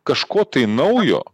kažko naujo